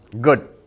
Good